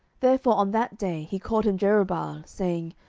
therefore on that day he called him jerubbaal, saying,